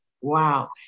Wow